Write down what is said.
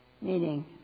meaning